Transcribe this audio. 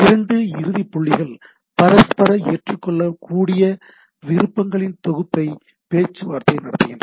இரண்டு இறுதி புள்ளிகள் பரஸ்பர ஏற்றுக்கொள்ளக்கூடிய விருப்பங்களின் தொகுப்பை பேச்சுவார்த்தை நடத்துகின்றன